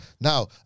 Now